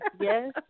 yes